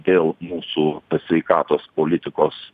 dėl mūsų sveikatos politikos